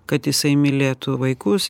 kad jisai mylėtų vaikus